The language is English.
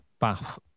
Bath